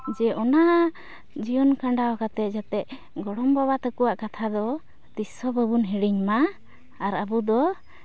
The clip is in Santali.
ᱡᱮ ᱚᱱᱟ ᱡᱤᱭᱚᱱ ᱠᱷᱟᱸᱰᱟᱣ ᱠᱟᱛᱮᱫ ᱡᱟᱛᱮ ᱜᱚᱲᱚᱢ ᱵᱟᱵᱟ ᱛᱟᱠᱚᱣᱟᱜ ᱠᱟᱛᱷᱟ ᱫᱚ ᱛᱤᱥ ᱦᱚᱸ ᱵᱟᱵᱚᱱ ᱦᱤᱲᱤᱧ ᱢᱟ ᱟᱨ ᱟᱵᱚ ᱫᱚ